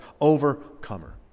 overcomer